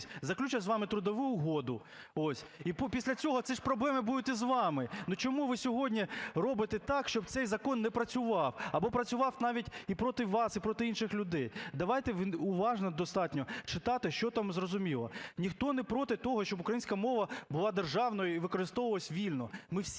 заключать з вами трудову угоду, ось, і після цього ці ж проблеми будуть і з вами. Ну чому ви сьогодні робите так, щоб цей закон не працював, або працював навіть і проти вас, і проти інших людей? Давайте уважно достатньо читати, що там зрозуміло. Ніхто не проти того, щоб українська мова була державною і використовувалась вільно, ми всі